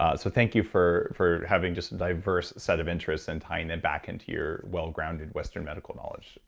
ah so thank you for for having just a diverse set of interests and tying them back into your well-grounded western medical knowledge,